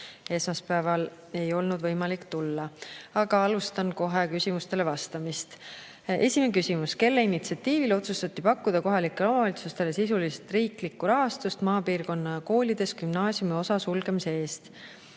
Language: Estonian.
esmaspäeval ei olnud võimalik tulla. Aga alustan kohe küsimustele vastamist. Esimene küsimus. "Kelle initsiatiivil otsustati pakkuda kohalikele omavalitsustele sisuliselt riiklikku rahastust maapiirkonna koolides gümnaasiumiosa sulgemise eest?